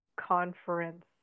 conference